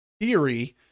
theory